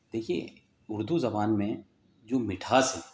دیکھئے اردو زبان میں جو مٹھاس ہے